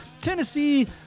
Tennessee